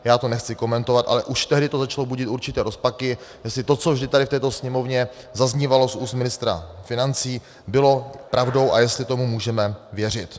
Já to nechci komentovat, ale už tehdy to začalo budit určité rozpaky, jestli to, co vždy tady v této Sněmovně zaznívalo z úst ministra financí, bylo pravdou a jestli tomu můžeme věřit.